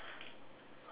okay